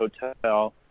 hotel